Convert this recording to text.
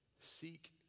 Seek